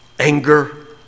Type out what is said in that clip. Anger